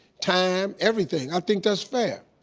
time, everything, i think that's fair.